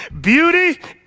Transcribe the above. beauty